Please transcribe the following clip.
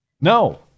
No